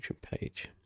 page